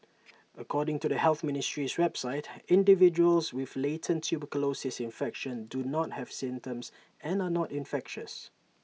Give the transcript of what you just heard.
according to the health ministry's website individuals with latent tuberculosis infection do not have symptoms and are not infectious